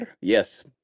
Yes